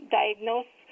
diagnose